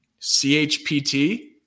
CHPT